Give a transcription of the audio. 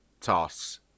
tasks